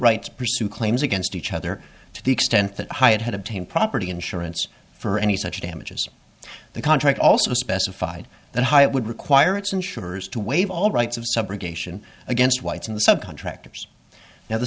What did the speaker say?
rights pursue claims against each other to the extent that it had obtained property insurance for any such damages the contract also specified that high it would require its insurers to waive all rights of subrogation against whites in the subcontractors now the